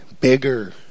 bigger